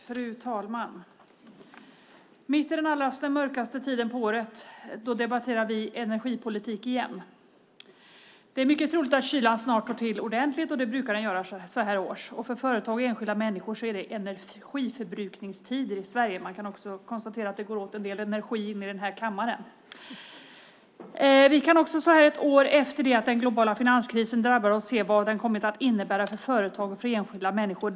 Fru talman! Under den allra mörkaste tiden på året debatterar vi energipolitik igen. Det är mycket troligt att kylan snart slår till ordentligt. Det brukar den göra så här års. För företag och enskilda människor är det energiförbrukningstider i Sverige. Man kan konstatera att det också går åt en del energi här i kammaren. Så här ett år efter det att den globala finanskrisen drabbade oss kan vi se vad den kommit att innebära för företag och enskilda människor.